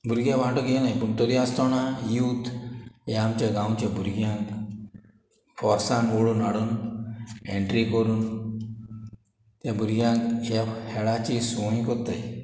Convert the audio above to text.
भुरगें वाटो घेयनाय पूण तोरी आसतोना यूथ हे आमच्या गांवच्या भुरग्यांक फोर्सान वोडून हाडून एंट्री कोरून त्या भुरग्यांक ह्या हेळाची सुवूंय कोत्ताय